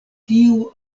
tiu